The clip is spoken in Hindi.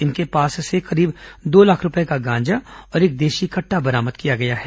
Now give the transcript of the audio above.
इनके पास से करीब दो लाख रूपये का गांजा और एक देशी कट्टा बरामद किया गया है